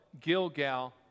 Gilgal